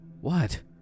What